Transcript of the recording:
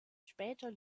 später